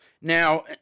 Now